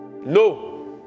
No